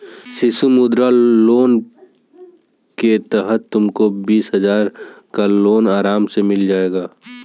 शिशु मुद्रा लोन के तहत तुमको बीस हजार का लोन आराम से मिल जाएगा